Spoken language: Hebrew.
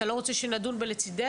אתה לא רוצה שנדון ב"לצידך",